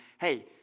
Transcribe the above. hey